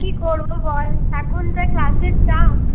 কি করবো বল এখন যা ক্লাসের চাপ